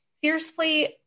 fiercely